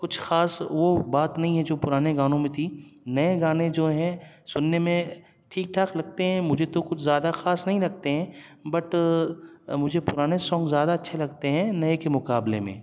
کچھ خاص وہ بات نہیں ہے جو پرانے گانوں میں تھی نئے گانے جو ہیں سننے میں ٹھیک ٹھاک لگتے ہیں مجھے تو کچھ زیادہ خاص نہیں لگتے ہیں بٹ مجھے پرانے سونگ زیادہ اچھے لگتے ہیں نئے کے مقابلے میں